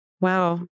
Wow